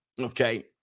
Okay